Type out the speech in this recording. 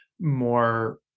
more